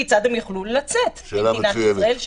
כיצד הם יוכלו לצאת ממדינת ישראל?